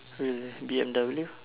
really B_M_W